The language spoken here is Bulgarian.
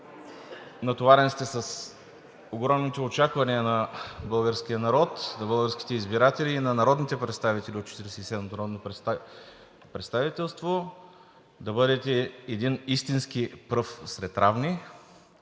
Натоварен сте с огромните очаквания на българския народ, на българските избиратели и на народните представители от Четиридесет и седмото народно представителство да бъдете един истински пръв сред равни,